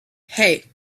hey